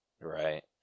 Right